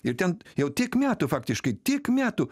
ir ten jau tiek metų faktiškai tiek metų